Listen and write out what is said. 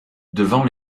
devant